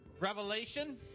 revelation